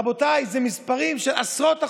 רבותיי, זה מספרים, עשרות אחוזים.